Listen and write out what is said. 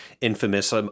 infamous